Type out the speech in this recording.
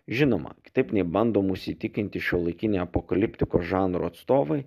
žinoma kitaip nei bando mus įtikinti šiuolaikiniai apokaliptikos žanro atstovai